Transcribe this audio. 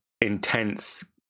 intense